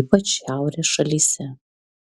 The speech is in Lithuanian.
ypač šiaurės šalyse